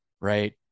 right